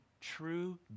true